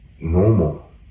normal